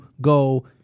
go